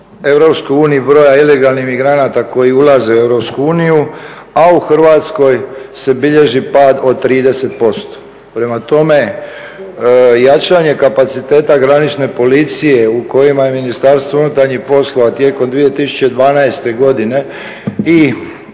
od 54% u EU broja ilegalnih imigranata koji ulaze u EU, a u Hrvatskoj se bilježi pad od 30%. Prema tome, jačanje kapaciteta granične policije u kojima Ministarstvo unutarnjih poslova tijekom 2012. godine i